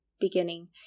beginning